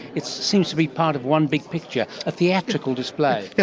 it seems to be part of one big picture, a theatrical display. yeah